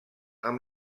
amb